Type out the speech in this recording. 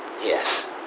yes